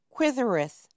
quithereth